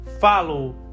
follow